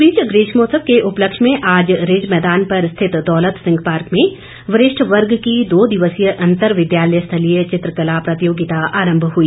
इस बीच ग्रीष्मोत्सव के उपलक्ष्य में आज रिज मैदान पर स्थित दौलत सिंह पार्क में वरिष्ठ वर्ग की दो दिवसीय अंतर विद्यालय स्थलीय चित्रकला प्रतियोगिता आरम्भ हुई